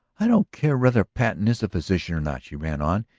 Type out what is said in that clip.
i don't care whether patten is a physician or not, she ran on.